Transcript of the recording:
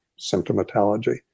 symptomatology